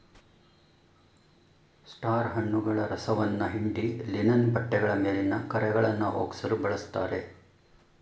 star ಹಣ್ಣುಗಳ ರಸವನ್ನ ಹಿಂಡಿ ಲಿನನ್ ಬಟ್ಟೆಗಳ ಮೇಲಿನ ಕರೆಗಳನ್ನಾ ಹೋಗ್ಸಲು ಬಳುಸ್ತಾರೆ